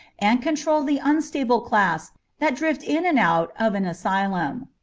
and control the unstable class that drift in and out of an asylum.